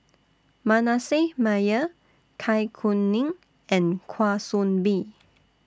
Manasseh Meyer Zai Kuning and Kwa Soon Bee